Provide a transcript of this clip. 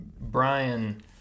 Brian